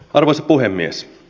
arvoisa puhemies